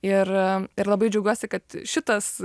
ir ir labai džiaugiuosi kad šitas